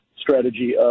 strategy